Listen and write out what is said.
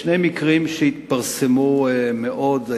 שני מקרים שהתפרסמו מאוד,